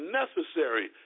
necessary